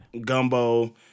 gumbo